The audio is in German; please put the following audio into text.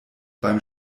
beim